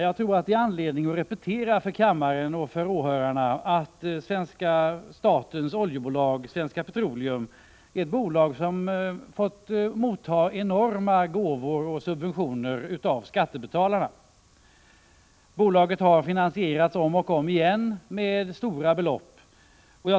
Jag tror det finns anledning att repetera för kammaren och för åhörarna att svenska statens oljebolag Svenska Petroleum är ett bolag, som har fått motta enorma gåvor och subventioner av skattebetalarna. Bolaget har finansierats om och om igen med stora belopp.